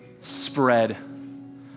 spread